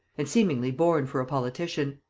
and seemingly born for a politician.